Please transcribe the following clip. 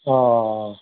অঁ